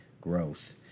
growth